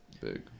big